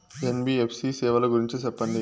NBFC సేవల గురించి సెప్పండి?